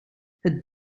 het